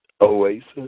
Oasis